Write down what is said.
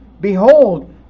Behold